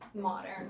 modern